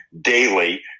daily